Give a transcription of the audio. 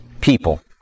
people